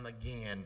again